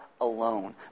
alone